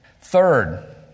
Third